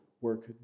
work